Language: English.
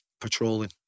patrolling